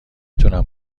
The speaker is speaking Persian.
تونم